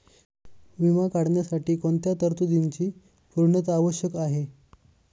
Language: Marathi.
विमा काढण्यासाठी कोणत्या तरतूदींची पूर्णता आवश्यक आहे?